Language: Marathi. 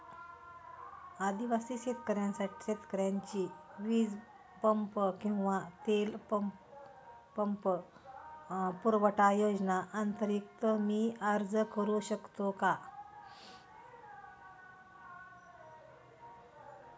आदिवासी शेतकऱ्यांसाठीच्या वीज पंप किंवा तेल पंप पुरवठा योजनेअंतर्गत मी अर्ज करू शकतो का?